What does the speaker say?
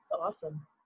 awesome